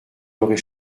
aurait